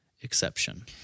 exception